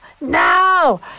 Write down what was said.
No